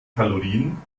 kalorien